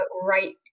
right